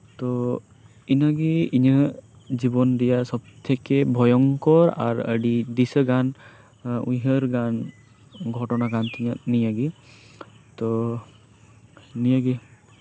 ᱛᱚ ᱤᱱᱟᱹᱜᱮ ᱤᱧᱟᱹᱜ ᱡᱤᱵᱚᱱ ᱨᱮᱭᱟᱜ ᱥᱚᱵᱽ ᱛᱷᱮᱹᱠᱮᱹ ᱵᱷᱚᱭᱚᱝᱠᱚᱨ ᱟᱨ ᱟᱹᱰᱤ ᱫᱤᱥᱟᱹ ᱜᱟᱱ ᱩᱭᱦᱟᱹᱨ ᱜᱟᱱ ᱜᱷᱚᱴᱚᱱᱟ ᱠᱟᱱ ᱛᱤᱧᱟᱹ ᱱᱤᱭᱟᱹᱜᱮ ᱛᱚ ᱱᱤᱭᱟᱹᱜᱮ